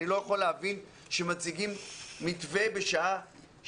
אני לא יכול להבין כשמציגים מתווה פעם